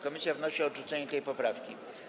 Komisja wnosi o odrzucenie tej poprawki.